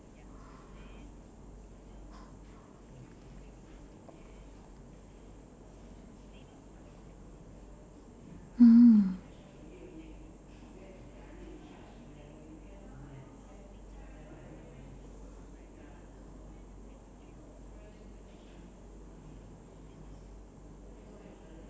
mm